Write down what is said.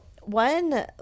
one